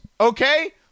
okay